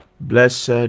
blessed